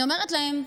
אני אומרת להם: